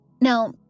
Now